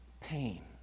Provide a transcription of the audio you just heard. pain